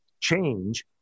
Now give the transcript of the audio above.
change